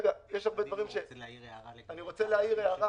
אני רוצה להעיר הערה.